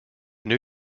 new